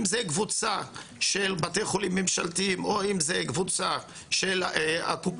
אם זה קבוצה של בתי החולים הממשלתיים או אם זה הקבוצה של הקופות,